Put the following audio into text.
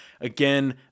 Again